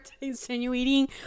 insinuating